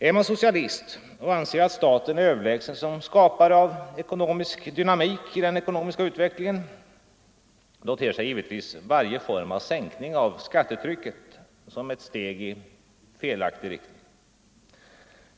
Är man socialist och anser att staten är överlägsen som skapare av dynamik i den ekonomiska utvecklingen, då ter sig givetvis varje form av sänkning av skattetrycket som ett steg i fel riktning.